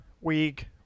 week